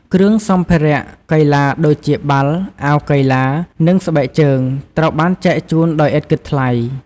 គ្រឿងសម្ភារៈកីឡាដូចជាបាល់ អាវកីឡា និងស្បែកជើង ត្រូវបានចែកជូនដោយឥតគិតថ្លៃ។